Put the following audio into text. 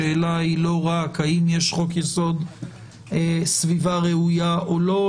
השאלה היא לא רק האם יש חוק יסוד סביבה ראויה או לא,